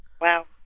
Wow